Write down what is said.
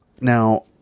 Now